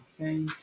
okay